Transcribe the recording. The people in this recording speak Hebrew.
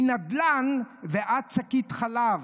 מנדל"ן ועד שקית חלב.